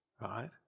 right